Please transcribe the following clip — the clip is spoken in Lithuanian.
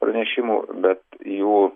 pranešimų bet jų